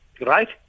right